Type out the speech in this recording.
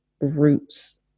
roots